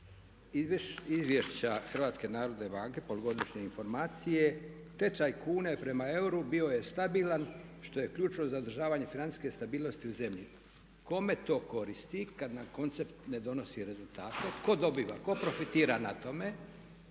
izvješća HNB-a, polugodišnje informacije tečaj kune prema euru bio je stabilan što je ključno za održavanje financijske stabilnosti u zemlji. Kome to koristi kada na koncept ne donosi rezultate? Tko dobiva? Tko profitira na tome?